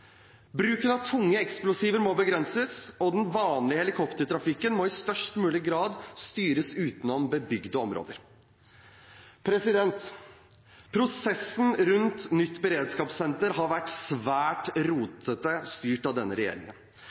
Bruken av tunge eksplosiver må begrenses, og den vanlige helikoptertrafikken må i størst mulig grad styres utenom bebygde områder. Prosessen rundt nytt beredskapssenter har vært svært rotete styrt av denne regjeringen.